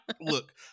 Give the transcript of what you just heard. look